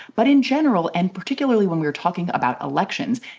but in general, and particularly when you're talking about elections,